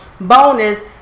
bonus